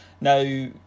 Now